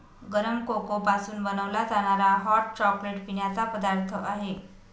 गरम कोको पासून बनवला जाणारा हॉट चॉकलेट पिण्याचा पदार्थ आहे